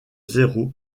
zéro